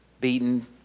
beaten